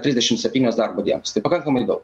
trisdešim septynios darbo dienos tai pakankamai daug